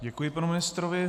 Děkuji panu ministrovi.